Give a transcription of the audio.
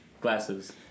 glasses